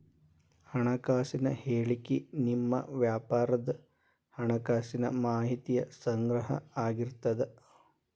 ಹಣಕಾಸಿನ ಹೇಳಿಕಿ ನಿಮ್ಮ ವ್ಯಾಪಾರದ್ ಹಣಕಾಸಿನ ಮಾಹಿತಿಯ ಸಂಗ್ರಹ ಆಗಿರ್ತದ